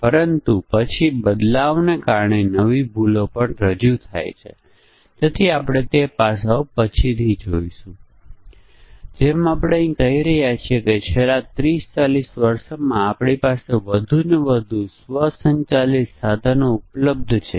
જો આપણે 20 પરિમાણોના તમામ શક્ય મિશ્રણોનો ધ્યાનમાં લઈએ અને તે દરેક પરિમાણ ત્રણ લે છે તો મિશ્રણોનો સંખ્યા 3 20 બને છે